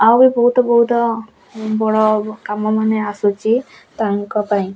ଆଉ ବି ବହୁତ ବହୁତ ବଡ଼ କାମ ମାନେ ଆସୁଛି ତାଙ୍କ ପାଇଁ